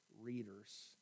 readers